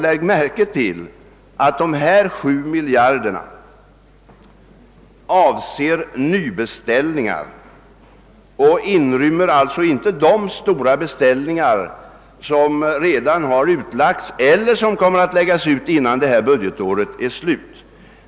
Lägg märke till att dessa 7 miljarder avser nybeställningar; de inrymmer alltså inte de stora beställningar som redan har utlagts eller som kommer att läggas ut innan detta budgetår är slut.